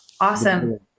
Awesome